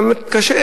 גם קשה,